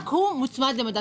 רק הוא מוצמד למדד התשומות.